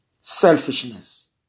Selfishness